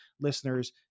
listeners